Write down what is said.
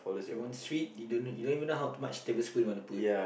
you want sweet you don't know you don't even know how much tablespoon you wanna put